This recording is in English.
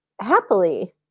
happily